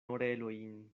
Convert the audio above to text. orelojn